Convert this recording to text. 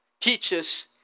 teaches